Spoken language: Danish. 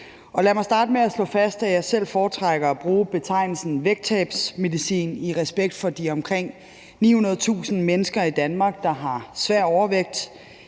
Lad mig starte med at slå fast, at jeg selv foretrækker at bruge betegnelsen vægttabsmedicin i respekt for de omkring 900.000 mennesker i Danmark, der har svær overvægt.